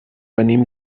venim